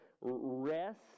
rest